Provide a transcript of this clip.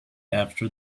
after